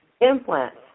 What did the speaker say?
implants